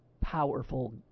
powerful